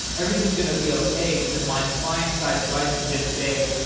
everything is going to be okay, because my client side device can just say,